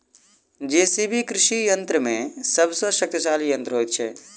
JCB कृषि यंत्र मे सभ सॅ शक्तिशाली यंत्र होइत छै